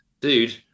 dude